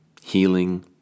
healing